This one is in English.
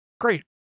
Great